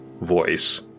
voice